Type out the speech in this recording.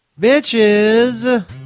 bitches